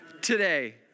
today